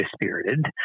dispirited